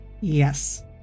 Yes